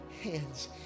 hands